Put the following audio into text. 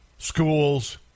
Schools